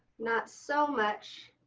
not so much